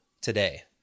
today